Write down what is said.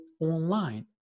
online